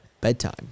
bedtime